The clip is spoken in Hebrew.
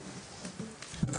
בבקשה.